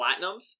platinums